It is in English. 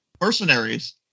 Mercenaries